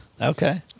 Okay